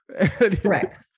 Correct